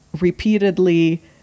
repeatedly